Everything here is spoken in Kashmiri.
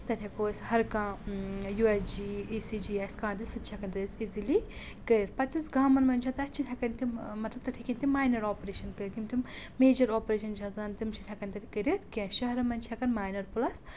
تَتہِ ہیٚکو أسۍ ہرکانٛہہ U S G E C G آسہِ کانٛہہ تہِ سُہ تہِ چھِ ہیٚکَان تَتہِ أسۍ ایٖزلی کٔرِتھ پَتہٕ یُس گامَن منٛز چھےٚ تَتھ چھِنہٕ ہؠکَان تِم مطلب تَتہِ ہیٚکن تِم ماینَر آپریشَن کٔرِتھ یِم تِم میجَر آپریشَن چھِ آسان تِم چھِنہٕ ہؠکَان تَتہِ کٔرِتھ کینٛہہ شہرَن منٛز چھِ ہؠکَان ماینَر پٕلَس